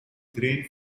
grain